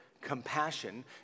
compassion